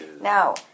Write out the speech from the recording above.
Now